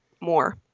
More